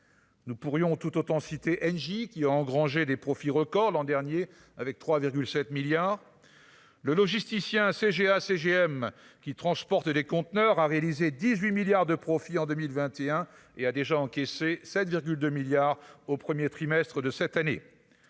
Nous pourrions tout autant cité NJ qui a engrangé des profits records l'an dernier avec 3,7 milliards le logisticien CGA CGM qui transportent des conteneurs a réalisé 18 milliards de profits en 2021 et a déjà encaissé 7,2 milliards au 1er trimestre de cette année,